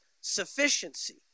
sufficiency